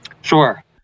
Sure